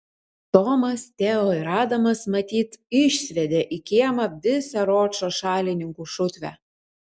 tomas teo ir adamas matyt išsviedė į kiemą visą ročo šalininkų šutvę